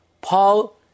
Paul